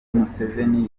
museveni